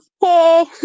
Hey